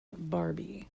barbie